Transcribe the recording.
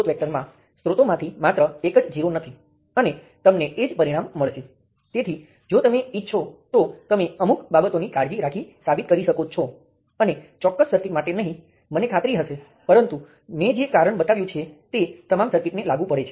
તો આટલું જ આ એકદમ સ્પષ્ટ છે અને તમને કદાચ ખ્યાલ આવશે કે આ સાચું છે પરંતુ મેં તેનો સ્પષ્ટપણે ઉલ્લેખ કર્યો છે